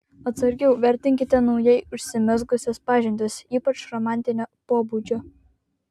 atsargiau vertinkite naujai užsimezgusias pažintis ypač romantinio pobūdžio